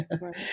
Right